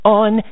on